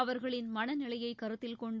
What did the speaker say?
அவர்களின் மனநிலையை கருத்தில் கொண்டு